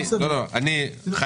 אם לא נעשה כלום, מה יקרה בינואר?